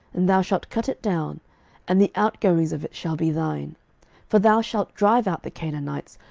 and thou shalt cut it down and the outgoings of it shall be thine for thou shalt drive out the canaanites,